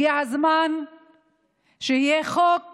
הגיע הזמן שיהיה חוק